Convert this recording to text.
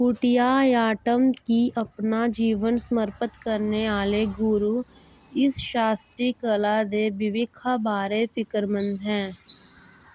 कुटियाट्टम गी अपना जीवन समर्पत करने आह्ले गुरू इस शास्त्री कला दे भविक्खा बारै फिकरमंद हे